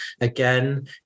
again